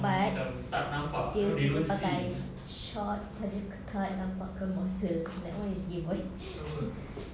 but dia suka pakai shorts ketat-ketat nampakkan muscle that one is gay boy